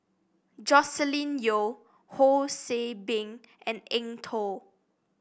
Joscelin Yeo Ho See Beng and Eng Tow